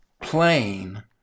plain